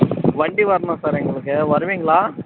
வண்டி வரணும் சார் எங்களுக்கு வருவீங்களா